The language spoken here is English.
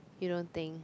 you don't think